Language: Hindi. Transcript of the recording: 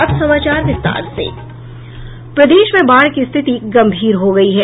प्रदेश में बाढ़ की स्थिति गंभीर हो गयी है